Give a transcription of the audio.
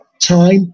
time